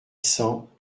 cents